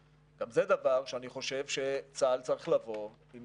גם זה דבר שאני חושב שצה"ל צריך לבוא עם